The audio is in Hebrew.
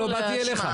לא באתי אליך.